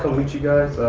so meet you guys.